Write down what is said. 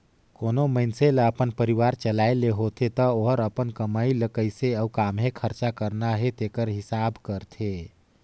कोनो मइनसे ल अपन परिवार चलाए ले होथे ता ओहर अपन कमई ल कइसे अउ काम्हें खरचा करना हे तेकर हिसाब करथे